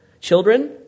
children